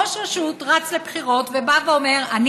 ראש רשות רץ לבחירות ובא ואומר: אני